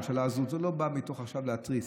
"הממשלה הזאת" זה לא בא עכשיו מתוך התרסה,